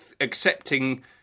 accepting